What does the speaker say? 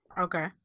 Okay